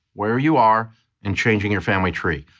where you are and changing your family tree,